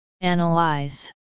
Analyze